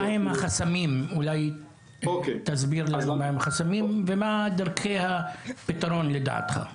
אולי תסביר לנו מה הם החסמים ומה דרכי הפתרון לדעתך.